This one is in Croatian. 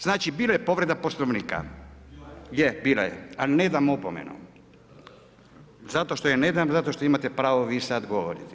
Znači bila je povreda Poslovnika, je, bila je, ali ne dam opomenu zato što je ne dam zato što imate pravo vi sada govoriti.